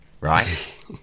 right